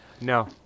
No